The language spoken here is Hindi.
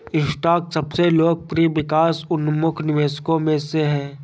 स्टॉक सबसे लोकप्रिय विकास उन्मुख निवेशों में से है